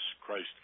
Christ